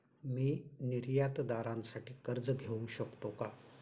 मी निर्यातदारासाठी कर्ज घेऊ शकतो का?